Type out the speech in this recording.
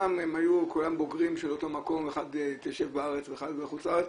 כולם בוגרים של אותו מקום ואחד התיישב בארץ ואחד בחוץ לארץ,